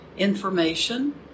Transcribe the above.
information